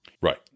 right